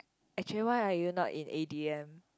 actually why are you not in A_D_M